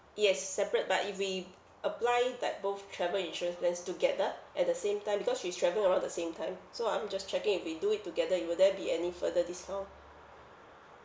yes separate but if we apply like both travel insurance plans together at the same time because she's travelling around the same time so I'm just checking if we do it together it will there be any further discount